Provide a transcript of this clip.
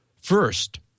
first